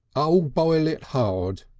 oh! boil it hard!